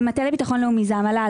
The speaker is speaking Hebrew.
זה המל"ל.